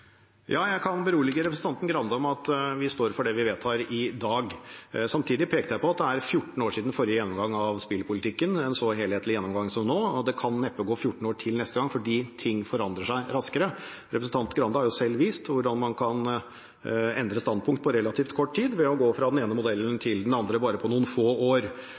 Jeg kan berolige representanten Grande med at vi står for det vi vedtar i dag. Samtidig pekte jeg på at det er 14 år siden forrige gjennomgang av spillpolitikken – en så helhetlig gjennomgang som nå – og det kan neppe gå 14 år til neste gang, for ting forandrer seg raskere. Representanten Grande har jo selv vist hvordan man kan endre standpunkt på relativt kort tid ved å gå fra den ene modellen til den andre bare på noen få år.